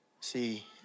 See